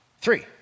Three